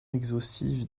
exhaustive